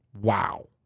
Wow